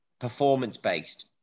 performance-based